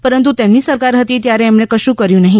પરંતુ તેમની સરકાર હતી ત્યારે એમણે કશુ કર્યુ નહી